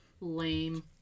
lame